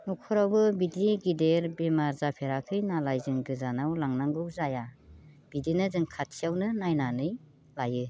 न'खरावबो बिदि गेदेर बेमार जाफेराखै नालाय जों गोजानाव लांनांगौ जाया बिदिनो जों खाथियावनो नायनानै लायो